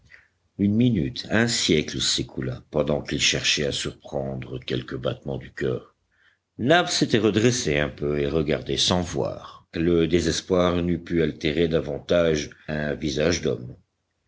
une minute un siècle s'écoula pendant qu'il cherchait à surprendre quelque battement du coeur nab s'était redressé un peu et regardait sans voir le désespoir n'eût pu altérer davantage un visage d'homme